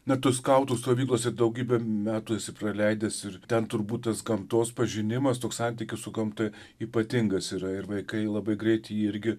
na tu skautų stovyklose daugybę metų esi praleidęs ir ten turbūt tas gamtos pažinimas toks santykis su gamta ypatingas yra ir vaikai labai greit jį irgi